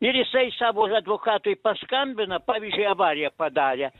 ir jisai savo advokatui paskambina pavyzdžiui avariją padarė